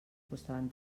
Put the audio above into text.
costaven